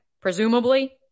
presumably